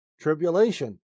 Tribulation